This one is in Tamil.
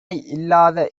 இல்லாத